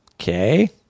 okay